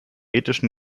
ethischen